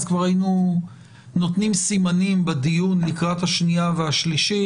אז כבר היינו נותנים סימנים בדיון לקראת השנייה והשלישית,